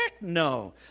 no